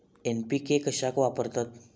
NPK कशाक वापरतत?